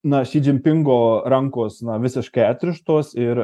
na si dzinpingo rankos na visiškai atrištos ir